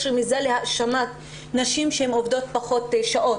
רמיזה להאשמת נשים שעובדות פחות שעות.